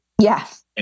Yes